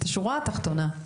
את השורה התחתונה,